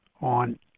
on